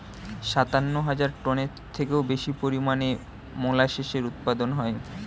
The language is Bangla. সাতান্ন হাজার টনের থেকেও বেশি পরিমাণে মোলাসেসের উৎপাদন হয়